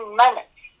minutes